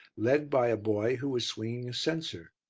led by a boy who was swinging a censer.